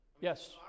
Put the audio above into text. Yes